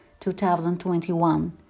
2021